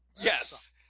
Yes